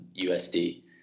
USD